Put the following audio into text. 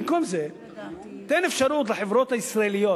במקום זה תן אפשרות לחברות הישראליות